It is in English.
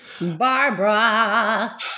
Barbara